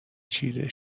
چیره